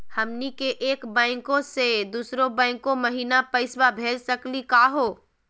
हमनी के एक बैंको स दुसरो बैंको महिना पैसवा भेज सकली का हो?